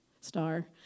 star